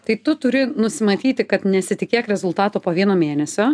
tai tu turi nusimatyti kad nesitikėk rezultato po vieno mėnesio